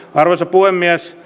arvoisa puhemies